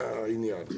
מהעניין,